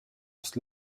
kas